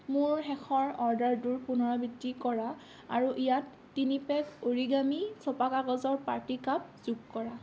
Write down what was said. মোৰ শেষৰ অৰ্ডাৰটোৰ পুনৰাবৃত্তি কৰা আৰু ইয়াত তিনি পেক ওৰিগামী ছপা কাগজৰ পাৰ্টি কাপ যোগ কৰা